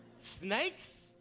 Snakes